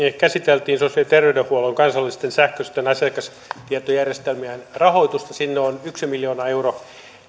käsiteltiin sosiaali ja terveydenhuollon kansallisten sähköisten asiakastietojärjestelmien rahoitusta sinne on yhtenä miljoona euroa